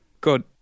good